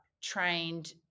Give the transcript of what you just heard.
trained